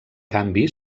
canvi